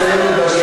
תנו לו לסיים לדבר.